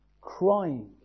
crying